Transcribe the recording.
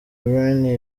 bryne